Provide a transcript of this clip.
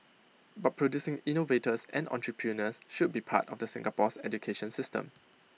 but producing innovators and entrepreneurs should be part of the Singapore's education system